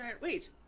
Wait